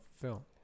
film